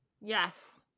Yes